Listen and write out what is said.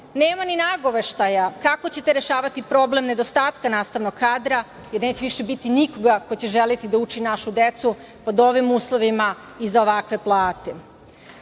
ni nagoveštaja kako ćete rešavati problem nedostatka nastavnog kadra, jer neće biti više nikoga ko će želeti da uči našu decu pod ovim uslovima i za ovakve plate. Takođe